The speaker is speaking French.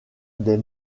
des